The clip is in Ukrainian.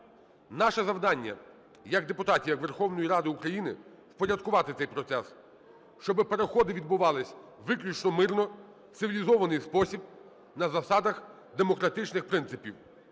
Наше завдання як депутатів, як Верховної Ради України - впорядкувати цей процес, щоб переходи відбулись виключно мирно, в цивілізований спосіб на засадах демократичних принципів,